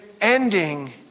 ending